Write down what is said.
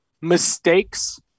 mistakes